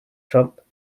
trump